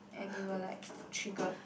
and it will like triggered